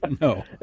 no